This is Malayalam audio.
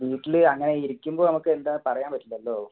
വീട്ടിൽ അങ്ങനെ ഇരിക്കുമ്പോൾ നമുക്കെന്താ പറയാൻ പറ്റില്ലല്ലോ